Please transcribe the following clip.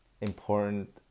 important